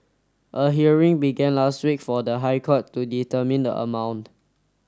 a hearing began last week for the High Court to determine the amount